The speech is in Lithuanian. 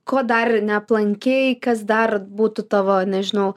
ko dar neaplankei kas dar būtų tavo nežinau